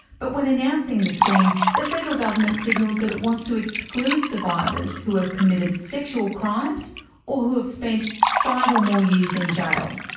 but when announcing the scheme, the federal government signalled that it wants to exclude survivors who have committed sexual crimes or who have spent five or more years in jail.